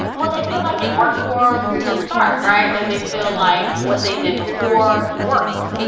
well, they feel like it worked for them to start, right? like, they feel like what they did before worked.